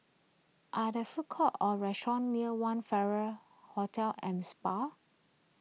are there food courts or restaurants near one Farrer Hotel and Spa